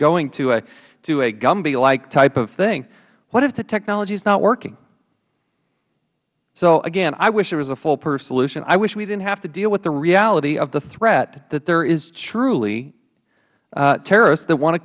going to a gumby like type of thing what if the technology is not working so again i wish there was a fool proof solution i wish we didn't have to deal with the reality of the threat that there is truly terrorists that want to